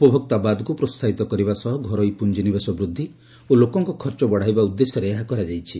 ଉପଭୋକ୍ତାବାଦକୁ ପ୍ରୋସାହିତ କରିବା ସହ ଘରୋଇ ପୁଞ୍ଜି ନିବେଶ ବୃଦ୍ଧି ଓ ଲୋକଙ୍କ ଖର୍ଚ୍ଚ ବଢ଼ାଇବା ଉଦ୍ଦେଶ୍ୟରେ ଏହା କରାଯାଇଛି